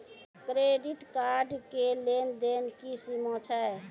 Credit card के लेन देन के की सीमा छै?